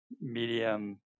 medium